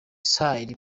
side